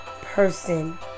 person